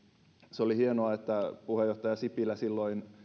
se oli hienoa että puheenjohtaja sipilä silloin